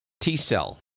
T-cell